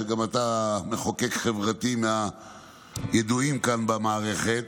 שגם אתה מחוקק חברתי מהידועים כאן במערכת,